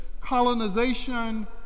colonization